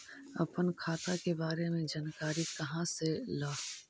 अपन खाता के बारे मे जानकारी कहा से ल?